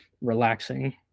relaxing